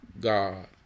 God